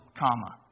comma